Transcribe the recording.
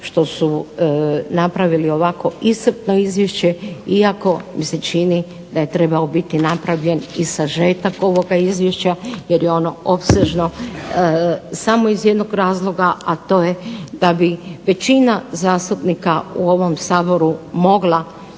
što su napravili ovako iscrpno izvješće iako mi se čini da je trebao biti napravljen i sažetak ovoga izvješća jer je ono opsežno, samo iz jednog razloga, a to je da bi većina zastupnika u ovom Saboru mogla